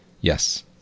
Yes